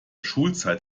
schulzeit